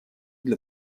для